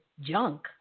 junk